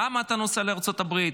למה אתה נוסע לארצות הברית.